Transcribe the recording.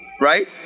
right